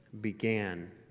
began